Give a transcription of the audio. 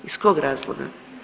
Iz kog razloga?